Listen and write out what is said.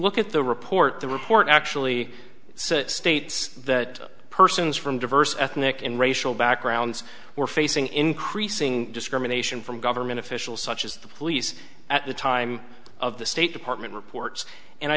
look at the report the report actually states that persons from diverse ethnic and racial backgrounds were facing increasing discrimination from government officials such as the police at the time of the state department reports and i